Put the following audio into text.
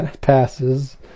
passes